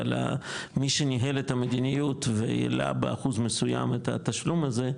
אבל מי שניהל את המדיניות והעלה באחוז מסוים את התשלום הזה,